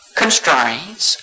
constraints